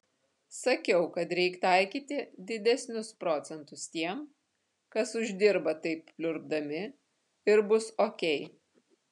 sakiau kad reik taikyti didesnius procentus tiem kas uždirba taip pliurpdami ir bus okei